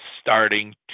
starting